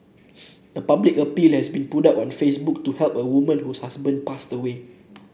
a public appeal has been put up on Facebook to help a woman whose husband passed away